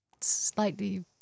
slightly